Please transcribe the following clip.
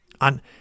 on